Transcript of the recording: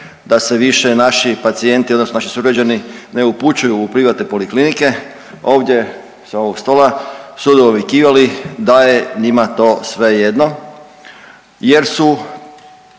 da se više naši pacijenti odnosno naši sugrađani ne upućuju u privatne poliklinike ovdje sa ovog stola su dovikivali da je njima to svejedno jer su